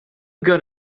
got